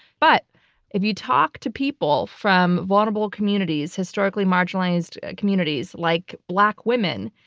but if you talk to people from vulnerable communities, historically marginalized communities like black women,